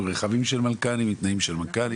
רכבים של מנכ"לים ותנאים של מנכ"לים,